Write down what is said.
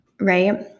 right